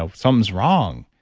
ah something's wrong.